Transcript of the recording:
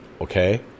okay